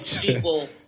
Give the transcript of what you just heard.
people